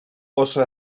oso